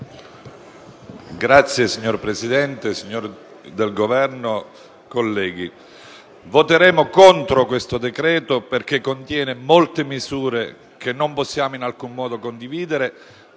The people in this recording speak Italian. *(PD)*. Signor Presidente, signori del Governo, onorevoli colleghi, voteremo contro questo provvedimento perché contiene molte misure che non possiamo in alcun modo condividere,